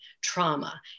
trauma